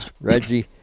Reggie